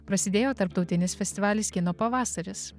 prasidėjo tarptautinis festivalis kino pavasaris